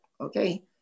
okay